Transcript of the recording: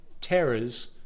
terrors